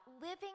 living